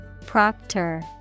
Proctor